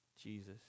Jesus